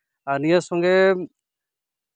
ᱟᱨ ᱱᱤᱭᱟᱹ ᱥᱚᱝᱜᱮ